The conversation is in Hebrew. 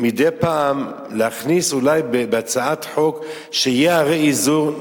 מדי פעם, להכניס אולי בהצעת חוק, שיהיה רה-איזור,